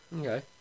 Okay